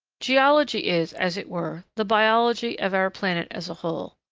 geology is, as it were, the biology of our planet as a whole.